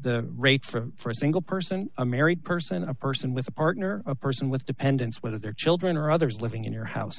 the rates for a single person a married person a person with a partner or a person with dependents whether they're children or others living in your house